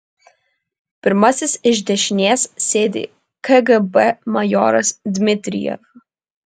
pirmasis iš dešinės sėdi kgb majoras dmitrijev